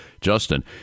Justin